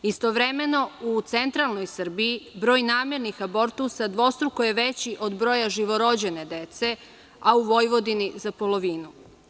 Istovremeno, u centralnoj Srbiji broj namernih abortusa dvostruko je veći od broja živorođene dece, a u Vojvodini za polovinu.